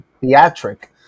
theatric